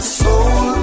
soul